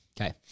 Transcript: Okay